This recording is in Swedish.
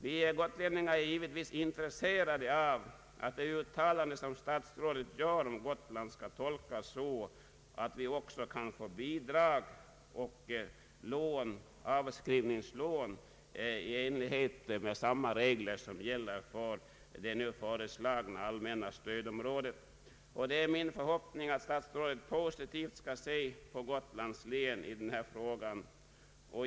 Vi gotlänningar är givetvis intresserade av att det yttrande som statsrådet gör om Gotland skall tolkas så att vi också skall kunna få bidrag eller avskrivningslån i enlighet med samma regler som gäller för det nu föreslagna allmänna stödområdet. Det är min förhoppning att statsrådet positivt skall se på Gotlands län i den här frågan.